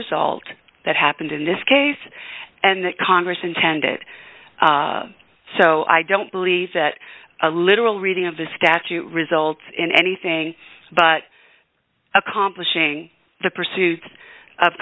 result that happened in this case and that congress intended so i don't believe that a literal reading of the statute results in anything but accomplishing the pursuit of